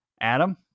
Adam